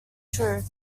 truth